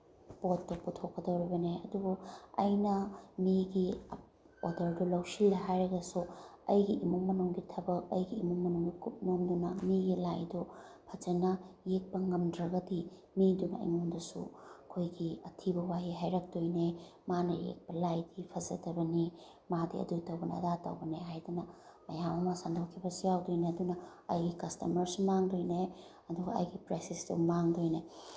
ꯄꯣꯠꯇꯣ ꯄꯨꯊꯣꯛꯀꯗꯧꯔꯤꯕꯅꯤ ꯑꯗꯨꯕꯨ ꯑꯩꯅ ꯃꯤꯒꯤ ꯑꯣꯔꯗꯔꯗꯨ ꯂꯧꯁꯤꯜꯂꯦ ꯍꯥꯏꯔꯒꯁꯨ ꯑꯩꯒꯤ ꯏꯃꯨꯡ ꯃꯅꯨꯡꯒꯤ ꯊꯕꯛ ꯑꯩꯒꯤ ꯏꯃꯨꯡ ꯃꯅꯨꯡꯒꯤ ꯀꯨꯞꯅꯣꯝꯗꯨꯅ ꯃꯤꯒꯤ ꯂꯥꯏꯗꯨ ꯐꯖꯅ ꯌꯦꯛꯄ ꯉꯝꯗ꯭ꯔꯒꯗꯤ ꯃꯤꯗꯨꯅ ꯑꯩꯉꯣꯟꯗꯁꯨ ꯑꯩꯈꯣꯏꯒꯤ ꯑꯊꯤꯕ ꯋꯥꯍꯩ ꯍꯥꯏꯔꯛꯇꯣꯏꯅꯦ ꯃꯥꯅ ꯌꯦꯛꯄ ꯂꯥꯏꯗꯤ ꯐꯖꯗꯕꯅꯤ ꯃꯥꯗꯤ ꯑꯗꯨ ꯇꯧꯕꯅꯤ ꯑꯗꯥ ꯇꯧꯕꯅꯤ ꯍꯥꯏꯗꯅ ꯃꯌꯥꯝ ꯑꯃ ꯁꯟꯗꯣꯛꯈꯤꯕꯁꯨ ꯌꯥꯎꯗꯣꯏꯅꯦ ꯑꯗꯨꯅ ꯑꯩꯒꯤ ꯀꯁꯇꯃꯔꯁꯨ ꯃꯥꯡꯗꯣꯏꯅꯦ ꯑꯗꯨꯒ ꯑꯩꯒꯤ ꯄ꯭ꯔꯦꯁꯤꯁꯁꯨ ꯃꯥꯡꯗꯣꯏꯅꯦ